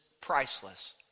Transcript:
priceless